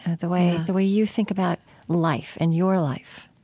the way the way you think about life and your life?